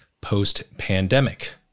post-pandemic